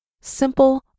Simple